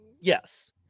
Yes